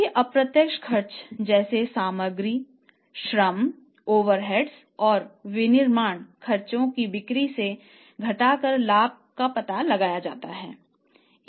सभी अप्रत्यक्ष खर्चों जैसे सामग्री श्रम ओवरहेड्स और विनिर्माण खर्चों को बिक्री से घटाकर लाभ का पता लगाया जाता है